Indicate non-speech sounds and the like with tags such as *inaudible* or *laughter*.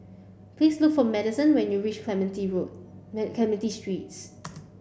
please look for Madison when you reach Clementi Road *unintelligible* Clementi Street